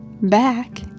Back